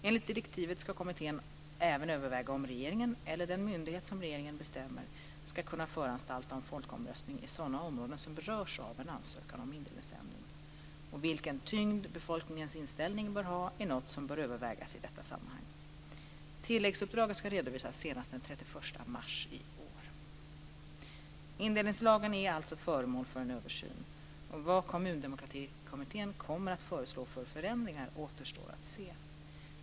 Enligt direktivet ska kommittén även överväga om regeringen, eller den myndighet som regeringen bestämmer, ska kunna föranstalta om folkomröstning i sådana områden som berörs av en ansökan om indelningsändring. Vilken tyngd befolkningens inställning bör ha är något som bör övervägas i detta sammanhang. Tilläggsuppdraget ska redovisas senast den 31 mars i år. Indelningslagen är alltså föremål för en översyn. Vad Kommundemokratikommittén kommer att föreslå för förändringar återstår att se.